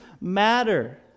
matter